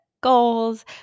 goals